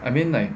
I mean like